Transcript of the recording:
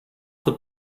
wird